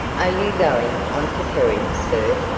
are you going on to perry, sir?